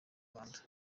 rwanda